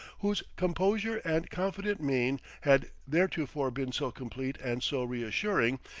whose composure and confident mien had theretofore been so complete and so reassuring,